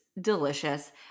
delicious